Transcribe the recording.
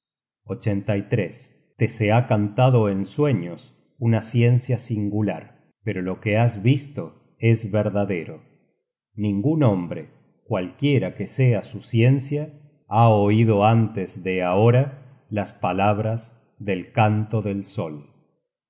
á los vivos te se ha cantado en sueños una ciencia singular pero lo que has visto es verdadero ningun hombre cualquiera que sea su ciencia ha oido antes de ahora las palabras del canto del sol